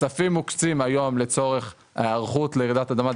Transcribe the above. כספים מוקצים היום לצורך היערכות לרעידת אדמה.